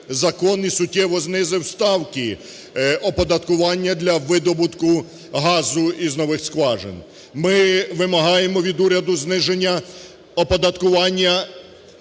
закон і суттєво знизив ставки оподаткування для видобутку газу із нових скважин. Ми вимагаємо від уряду зниження оподаткування